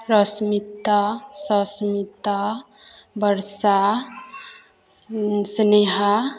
Rasmita Sasmita Barsha Sneha